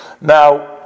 now